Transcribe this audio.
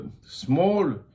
small